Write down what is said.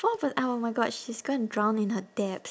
four per~ ah oh my god she's gonna drown in her debt